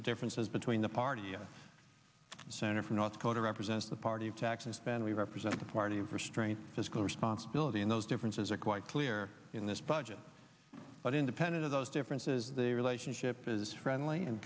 the differences between the party a senator from north dakota represents the party of tax and spend we represent the party of restraint fiscal responsibility and those differences are quite clear in this budget but independent of those differences the relationship is friendly and